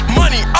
money